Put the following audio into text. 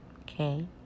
okay